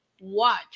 watch